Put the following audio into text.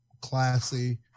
classy